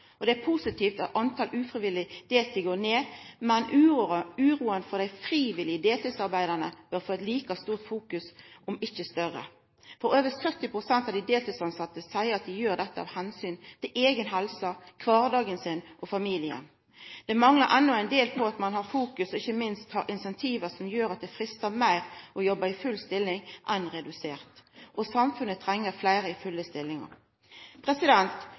år. Det er positivt at talet på dei som arbeider ufrivillig deltid, går ned, men uroa for dei frivillig deltidsarbeidande bør få like stor merksemd – om ikkje større, for meir enn 70 pst. av dei deltidstilsette seier at dei gjer dette av omsyn til eiga helse, kvardagen og familien sin. Det manglar enno ein del på at ein har fokus og ikkje minst insentiv som gjer at det freistar meir å arbeida i full stilling enn i redusert. Og samfunnet treng fleire i